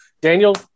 Daniel